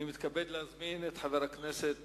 אני מתכבד להזמין את חבר הכנסת